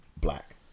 black